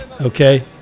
okay